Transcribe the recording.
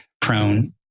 prone